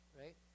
right